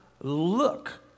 look